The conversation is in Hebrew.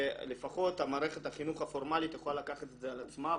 לפחות מערכת החינוך הפורמלית יכולה לקחת את זה על עצמה,